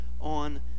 on